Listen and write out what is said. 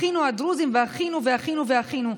אחינו הדרוזים ואחינו ואחינו ואחינו.